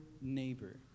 neighbor